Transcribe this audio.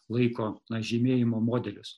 laiko na žymėjimo modelius